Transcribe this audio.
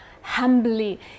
humbly